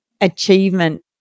achievement